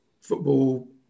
football